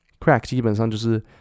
Crack基本上就是